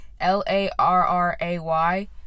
L-A-R-R-A-Y